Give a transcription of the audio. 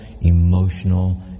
emotional